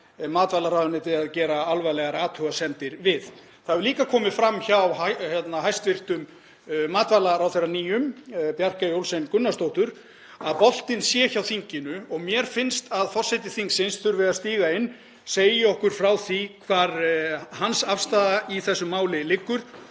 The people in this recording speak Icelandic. matvælaráðuneytið er að gera alvarlegar athugasemdir við. Það hefur líka komið fram hjá nýjum hæstv. matvælaráðherra, Bjarkeyju Olsen Gunnarsdóttur, að boltinn sé hjá þinginu og mér finnst að forseti þingsins þurfi að stíga inn, segja okkur frá því hvar hans afstaða í þessu máli liggur